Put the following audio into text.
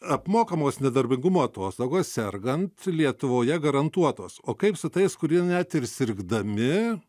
apmokamos nedarbingumo atostogos sergant lietuvoje garantuotos o kaip su tais kurie net ir sirgdami